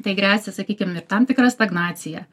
tai gresia sakykim ir tam tikra stagnacija